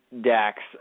Dax